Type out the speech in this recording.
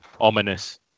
Ominous